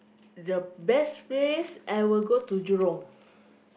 the best place I will go to Jurong